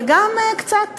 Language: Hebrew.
וגם קצת,